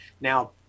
Now